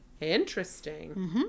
Interesting